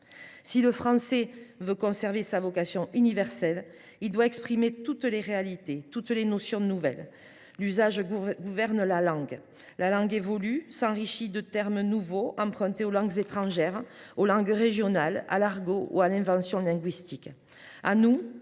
au français sa vocation universelle, celui ci doit exprimer toutes les réalités, toutes les notions nouvelles. L’usage gouverne la langue. La langue évolue, s’enrichit de termes nouveaux empruntés aux langues étrangères, aux langues régionales, à l’argot ou à l’invention linguistique.